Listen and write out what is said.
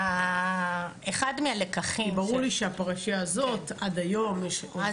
כי ברור לי שהפרשה הזאת עד היום --- אה,